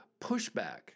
pushback